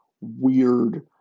weird